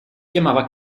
chiamava